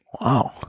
Wow